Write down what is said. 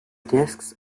discs